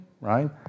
Right